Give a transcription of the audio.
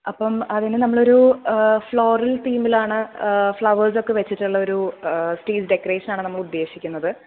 അപ്പം അതിനു നമ്മളൊരു ഫ്ലോറൽ തീമിലാണ് ഫ്ലവർസൊക്കെ വെച്ചിട്ടുള്ളൊരു സ്റ്റേജ് ഡെക്കറേഷനാണ് നമ്മളുദ്ദേശിക്കുന്നത്